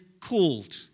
called